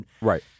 Right